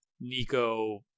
Nico